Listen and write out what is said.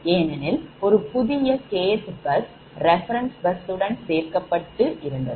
ஏனெனில் ஒரு புதிய K bus reference bus உடன் சேர்க்கப்பட்டு இருந்தது